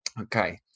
Okay